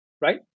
right